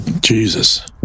Jesus